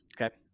okay